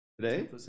today